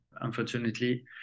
unfortunately